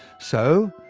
so,